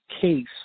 case